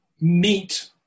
meet